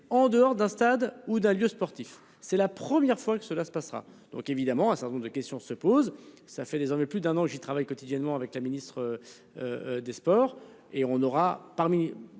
en dehors d'un stade ou d'un lieu sportif. C'est la première fois que cela se passera. Donc évidemment un certain nombre de questions se posent. Ça fait désormais plus d'un an j'y travaille quotidiennement avec la ministre. Des Sports et on aura parmi